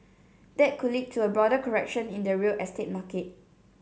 that could lead to a broader correction in the real estate market